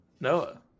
Noah